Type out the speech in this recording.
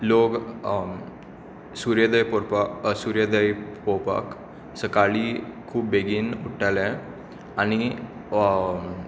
लोक सुर्योदय पळोवपाक सकाळी खूब बेगीन उठ्ठाले आनी